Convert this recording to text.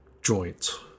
joints